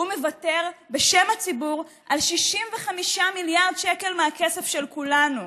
הוא מוותר בשם הציבור על 65 מיליארד שקל מהכסף של כולנו,